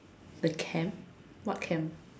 the camp what camp